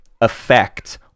effect